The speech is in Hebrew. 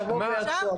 שיבואו ויעשו,